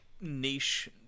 niche